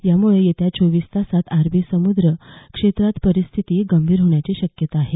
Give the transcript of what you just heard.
यामुळे येत्या चोवीस तासात अरबी समुद्र क्षेत्रात परिस्थिती गंभीर होण्याची शक्यता आहे